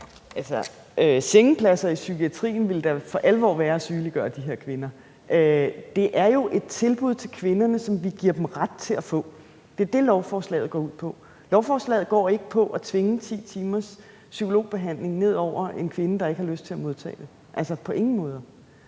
(SF): Sengepladser i psykiatrien ville da for alvor være at sygeliggøre de her kvinder. Det er jo et tilbud til kvinderne, som vi giver dem ret til at få. Det er det, lovforslaget går ud på. Lovforslaget går ikke på at tvinge 10 timers psykologbehandling ned over en kvinde, der ikke har lyst til at modtage det, på ingen måder.